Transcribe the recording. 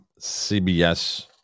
CBS